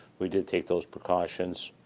we did take those precautions,